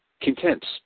Contents